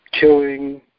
killing